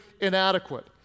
inadequate